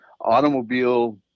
automobile